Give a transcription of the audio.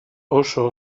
oso